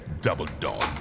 double-dog